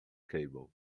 cable